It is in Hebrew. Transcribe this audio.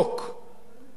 לא יכולה להתקיים.